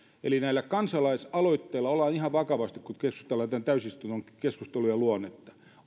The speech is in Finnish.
eli näillä kansalaisaloitteilla ollaan ihan vakavasti liikkeellä kun keskustellaan tämän täysistunnon keskustelujen luonteesta